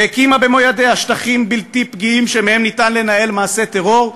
והקימה במו-ידיה שטחים בלתי פגיעים שמהם אפשר לנהל מעשי טרור,